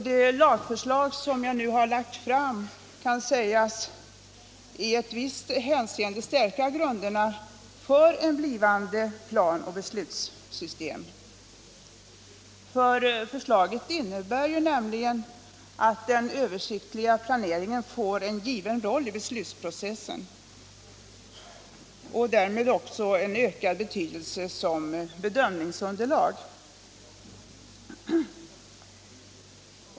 Det lagförslag som jag nu har lagt fram kan sägas i ett visst hänseende stärka grunderna för ett blivande planoch beslutssystem. Förslaget innebär nämligen att den översiktliga planeringen får en given roll i beslutsprocessen och därmed också en ökad betydelse som bedömningsunderlag.